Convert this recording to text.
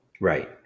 right